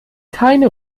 keine